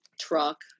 truck